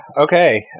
Okay